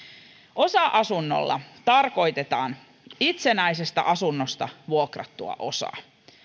osa asunnolla tarkoitetaan itsenäisestä asunnosta vuokrattua osaa